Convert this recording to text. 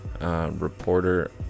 reporter